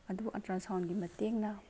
ꯑꯗꯨꯕꯨ ꯑꯜꯇ꯭ꯔꯥꯁꯥꯎꯟꯒꯤ ꯃꯇꯦꯡꯅ